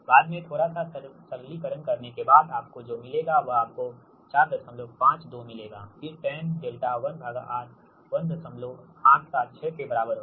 बाद में थोड़ा सा सरलीकरण करने के बाद आपको जो मिलेगा वह आपको 452 मिलेगा फिर tan𝛿1R 1876 के बराबर होगा